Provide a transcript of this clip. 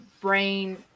brain